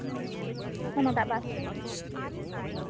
ᱚᱱᱟᱴᱟᱜ ᱵᱟᱥᱨᱮ